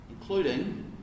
including